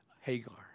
Hagar